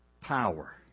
power